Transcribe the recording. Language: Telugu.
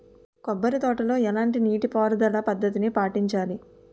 కొబ్బరి తోటలో ఎలాంటి నీటి పారుదల పద్ధతిని పాటించాలి?